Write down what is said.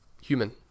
human